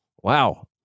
Wow